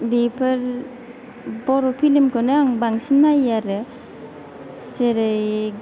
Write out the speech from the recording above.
बेफोर बर' फ्लिमखौनो आं बांसिन नायो आरो जेरै